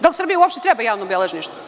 Da li Srbiji uopšte treba javno beležništvo?